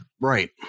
Right